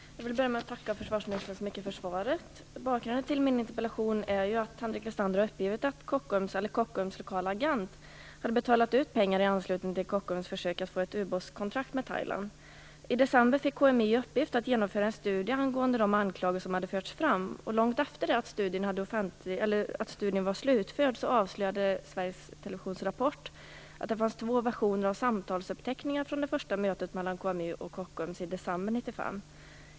Fru talman! Jag vill börja med att tacka försvarsministern för svaret. Bakgrunden till min interpellation är att Henrik Westander uppgivit att Kockums, eller Kockums lokale agent, har betalat ut pengar i anslutning till Kockums försök att få ett ubåtskontrakt med Thailand. I december fick KMI i uppgift att genomföra en studie angående de anklagelser som hade förts fram. Långt efter det att studien var slutförd avslöjade Sveriges Televisions Rapport att det fanns två versioner av samtalsuppteckningen från det första mötet mellan KMI och Kockums i december 1995.